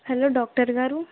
hello doctor గారు